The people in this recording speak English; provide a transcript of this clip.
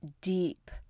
deep